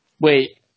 Wait